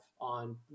on